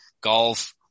golf